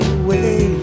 away